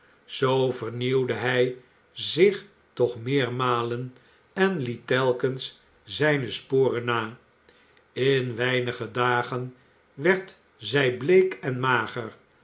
zoo vernieuwde hij zich toch meermalen en liet telkens zijne sporen na in weinige dagen werd zij bleek en mager